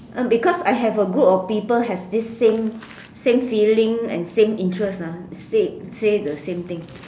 uh because I have a group of people has this same same feeling and same interest ah say say the same thing